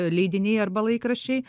leidiniai arba laikraščiai